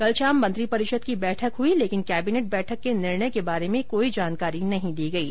कल शाम मंत्री परिषद की बैठक हुई लेकिन केबिनेट बैठक के निर्णय के बारे में कोई जानकारी नहीं दी गयी